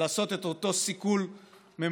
לעשות את אותו סיכול ממוקד,